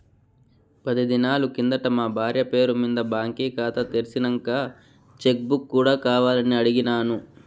పది దినాలు కిందట మా బార్య పేరు మింద బాంకీ కాతా తెర్సినంక చెక్ బుక్ కూడా కావాలని అడిగిన్నాను